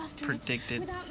predicted